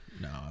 No